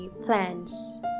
plans